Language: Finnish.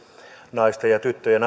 naisten ja tyttöjen